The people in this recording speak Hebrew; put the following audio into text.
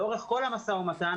לאורך כל המשא ומתן,